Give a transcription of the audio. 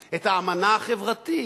החברתית, את האמנה החברתית.